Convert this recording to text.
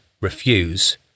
refuse